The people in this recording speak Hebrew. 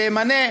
שימנה